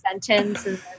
sentence